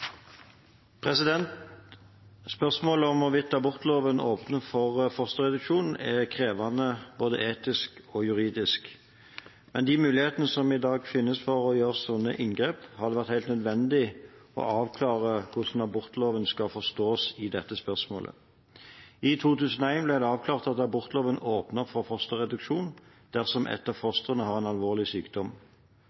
krevende både etisk og juridisk. Med de mulighetene som i dag finnes for å gjøre slike inngrep, har det vært helt nødvendig å avklare hvordan abortloven skal forstås i dette spørsmålet. I 2001 ble det avklart at abortloven åpner for fosterreduksjon dersom ett av